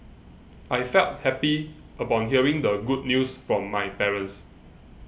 I felt happy upon hearing the good news from my parents